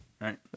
Right